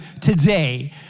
today